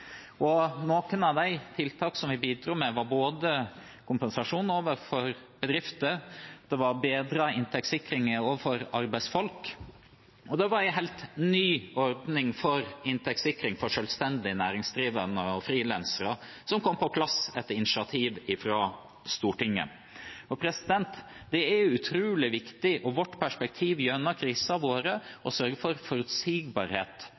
og kraftfulle tiltak i møte med pandemien. Noen av de tiltakene vi bidro med, var kompensasjon til bedrifter, bedret inntektssikring for arbeidsfolk og en helt ny ordning for inntektssikring for selvstendig næringsdrivende og frilansere, som kom på plass etter et initiativ fra Stortinget. Vårt perspektiv har gjennom krisen vært å sørge for forutsigbarhet